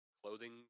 Clothing